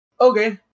Okay